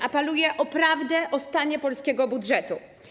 Apeluję o prawdę o stanie polskiego budżetu.